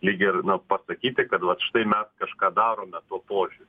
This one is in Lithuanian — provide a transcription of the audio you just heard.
lyg ir nu pasakyti kad vat štai mes kažką darome tuo požiūriu